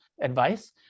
advice